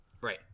Right